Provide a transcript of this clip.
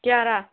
ꯀꯌꯥꯔ